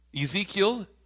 Ezekiel